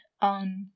on